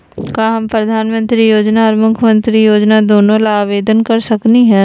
का हम प्रधानमंत्री योजना और मुख्यमंत्री योजना दोनों ला आवेदन कर सकली हई?